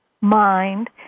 mind